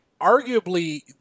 arguably